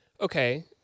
Okay